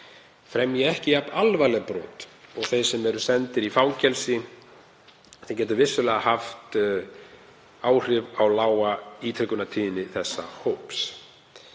fremji ekki jafn alvarleg brot og þeir sem eru sendir í fangelsi sem getur vissulega haft áhrif á lága ítrekunartíðni þessa hóps.“